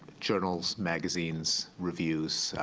journals, magazines, reviews,